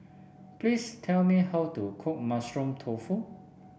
please tell me how to cook Mushroom Tofu